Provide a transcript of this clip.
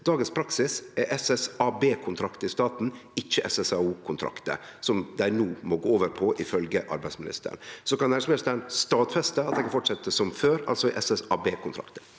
Dagens praksis er SSA-B-kontraktar i staten, ikkje SSA-O-kontraktar, som dei no må gå over på, ifølgje arbeidsministeren. Kan næringsministeren stadfeste at ein kan fortsetje som før, altså med SSA-B-kontraktar?